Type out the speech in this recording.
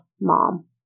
Mom